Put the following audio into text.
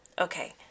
Okay